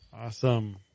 Awesome